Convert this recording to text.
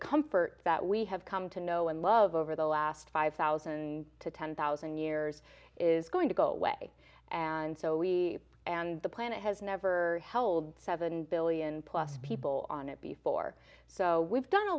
comfort that we have come to know and love over the last five thousand to ten thousand years is going to go away and so we and the planet has never held seven billion plus people on it before so we've done a